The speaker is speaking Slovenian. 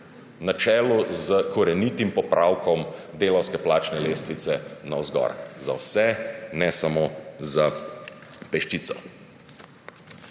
na čelu s korenitim popravkom delavske plačne lestvice navzgor za vse, ne samo za peščico.